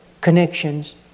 connections